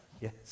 yes